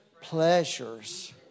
pleasures